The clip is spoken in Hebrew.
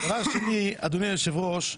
דבר שני, אדוני היושב-ראש,